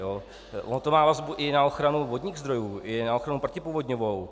Ono to má vazbu i na ochranu vodních zdrojů, i na ochranu protipovodňovou.